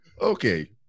Okay